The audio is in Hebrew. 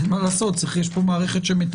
אין מה לעשות, יש פה מערכת שמטפלת.